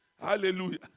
Hallelujah